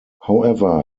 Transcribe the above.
however